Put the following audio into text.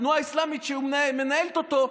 התנועה האסלאמית שמנהלת אותו,